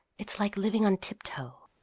it's like living on tiptoe.